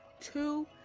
two